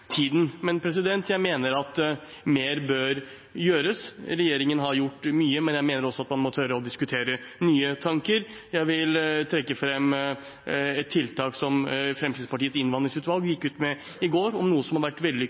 tiden. Jeg mener at mer bør gjøres. Regjeringen har gjort mye, men jeg mener at man også må tørre å diskutere nye tanker. Jeg vil trekke fram et tiltak som Fremskrittspartiets innvandringsutvalg gikk ut med i går, om noe som har vært vellykket